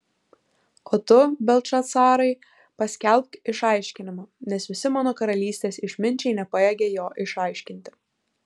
o tu beltšacarai paskelbk išaiškinimą nes visi mano karalystės išminčiai nepajėgia jo išaiškinti